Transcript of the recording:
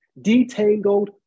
detangled